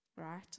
Right